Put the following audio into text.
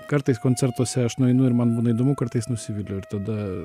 kartais koncertuose aš nueinu ir man būna įdomu kartais nusiviliu ir tada